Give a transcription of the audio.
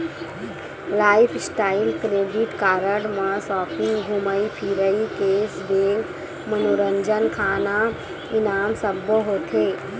lifestyle credit card म shopping, धूमई फिरई, केस बेंक, मनोरंजन, खाना, इनाम सब्बो होथे